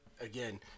again